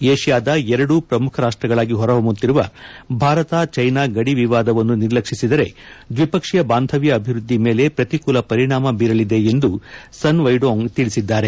ಏಷ್ಕಾದ ಎರಡೂ ಪ್ರಮುಖ ರಾಷ್ಟಗಳಾಗಿ ಹೊರಹೊಮ್ತುತ್ತಿರುವ ಭಾರತ ಚೀನಾ ಗಡಿ ವಿವಾದವನ್ನು ನಿರ್ಲಕ್ಷಿಸಿದರೆ ದ್ವಿಪಕ್ಷೀಯ ಬಾಂಧವ್ಯ ಅಭಿವೃದ್ಧಿ ಮೇಲೆ ಪ್ರತಿಕೂಲ ಪರಿಣಾಮ ಬೀರಲಿದೆ ಎಂದು ಸನ್ ವೈಡೋಂಗ್ ತಿಳಿಸಿದ್ದಾರೆ